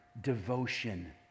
devotion